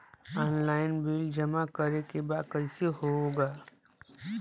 Online bill जमा करे के बा कईसे होगा?